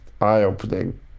eye-opening